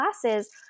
classes